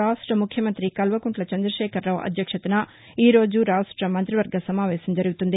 రాష్ట ముఖ్యమంతి కల్వకుంట్ల చంద్రకేఖరరావు అధ్యక్షతన ఈరోజు రాష్ట మంతివర్గ సమావేశం జరుగుతుంది